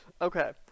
okay